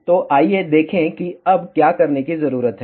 तो आइए देखें कि अब क्या करने की जरूरत है